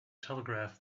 telegraph